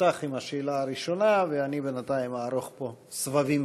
תפתח בשאלה הראשונה, ואני בינתיים אערוך פה סבבים